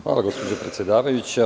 Hvala, gospođo predsedavajuća.